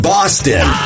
Boston